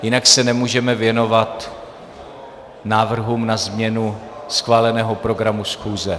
Jinak se nemůžeme věnovat návrhům na změnu schváleného programu schůze.